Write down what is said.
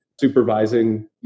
supervising